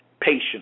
patience